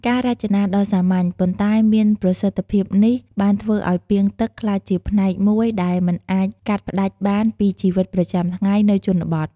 ការរចនាដ៏សាមញ្ញ ប៉ុន្តែមានប្រសិទ្ធភាពនេះ បានធ្វើឲ្យពាងទឹកក្លាយជាផ្នែកមួយដែលមិនអាចកាត់ផ្ដាច់បានពីជីវិតប្រចាំថ្ងៃនៅជនបទ។